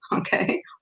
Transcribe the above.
Okay